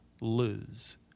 lose